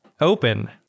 open